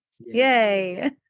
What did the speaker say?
yay